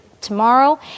tomorrow